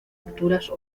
futuras